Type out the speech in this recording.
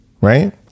right